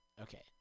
Okay